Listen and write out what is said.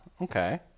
okay